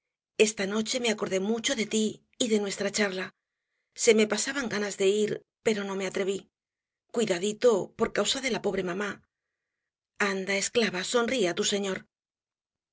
esta noche me acordé mucho de ti y de nuestra charla se me pasaban ganas de ir pero no me atreví cuidadito por causa de la pobre mamá anda esclava sonríe á tu señor